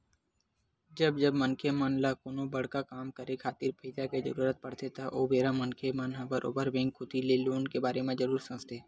जब जब मनखे मन ल कोनो बड़का काम करे खातिर पइसा के जरुरत पड़थे त ओ बेरा मनखे मन ह बरोबर बेंक कोती ले लोन ले बर जरुर सोचथे